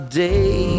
day